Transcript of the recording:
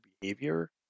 behavior